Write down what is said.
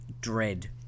Dread